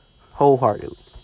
Wholeheartedly